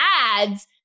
ads